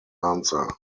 answer